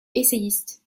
essayiste